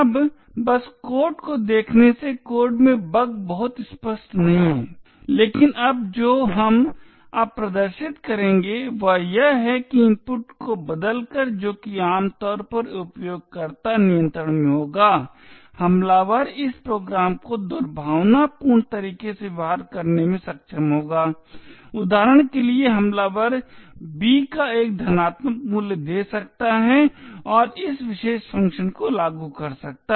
अब बस कोड को देखने से कोड में बग बहुत स्पष्ट नहीं है लेकिन अब जो हम अब प्रदर्शित करेंगे वह यह है कि इनपुट को बदलकर जो कि आमतौर पर उपयोगकर्ता नियंत्रण में होगा हमलावर इस प्रोग्राम को दुर्भावनापूर्ण तरीके से व्यवहार कराने में सक्षम होगा उदाहरण के लिए हमलावर b का एक धनात्मक मूल्य दे सकता है और इस विशेष फंक्शन को लागू कर सकता है